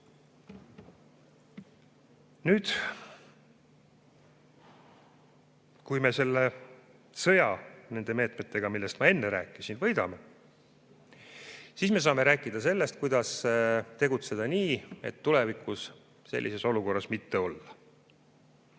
Kui me selle sõja nende meetmetega, millest ma enne rääkisin, võidame, siis saame rääkida sellest, kuidas tegutseda nii, et tulevikus sellisesse olukorda mitte